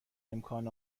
امکان